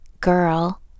girl